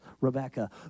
Rebecca